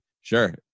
Sure